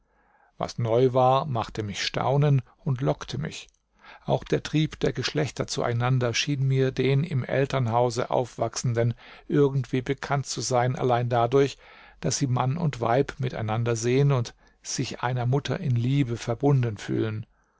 was neu war machte mich staunen und lockte mich auch der trieb der geschlechter zueinander schien mir den im elternhause aufwachsenden irgendwie bekannt zu sein allein dadurch daß sie mann und weib miteinander sehen und sich einer mutter in liebe verbunden fühlen